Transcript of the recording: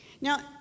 Now